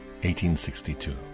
1862